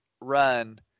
run